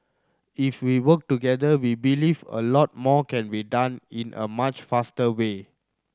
if we work together we believe a lot more can be done in a much faster way